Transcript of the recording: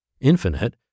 infinite